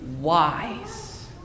wise